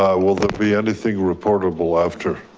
will there be anything reportable after?